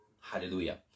Hallelujah